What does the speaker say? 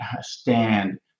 stand